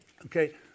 Okay